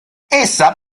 essa